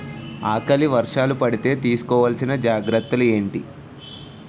ఆకలి వర్షాలు పడితే తీస్కో వలసిన జాగ్రత్తలు ఏంటి?